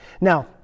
Now